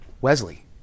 Wesley